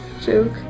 joke